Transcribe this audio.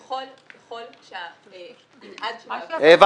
--- לשיטתנו ככל שהמנעד של העבירות --- הבנתי.